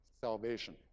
salvation